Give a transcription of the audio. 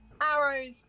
arrows